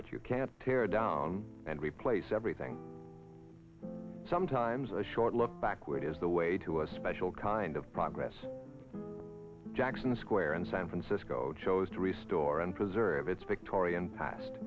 but you can't tear down and replace everything sometimes a short look backward is the way to a special kind of progress jackson square in san francisco chose to restore and preserve its victorian passed